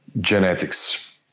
genetics